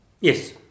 Yes